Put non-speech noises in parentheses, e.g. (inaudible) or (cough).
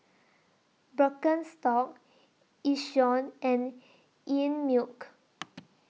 Birkenstock Yishion and Einmilk (noise)